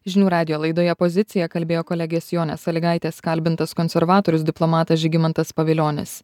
žinių radijo laidoje pozicija kalbėjo kolegės jonės salygaitės kalbintas konservatorius diplomatas žygimantas pavilionis